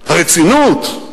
הרצינות,